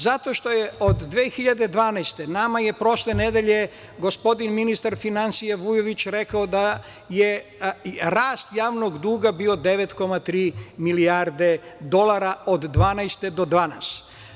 Zato što je od 2012. godine, nama je prošle nedelje, gospodin ministar finansija Vujović, rekao da je rast javnog duga bio 9,3 milijarde dolara od 2012. godine do danas.